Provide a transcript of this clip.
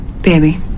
Baby